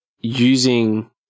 using